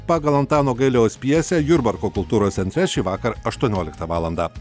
pagal antano gailiaus pjesę jurbarko kultūros centre šįvakar aštuonioliktą valandą